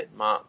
ma